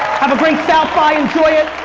have a great south-by, enjoy it!